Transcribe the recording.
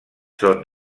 són